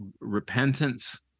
repentance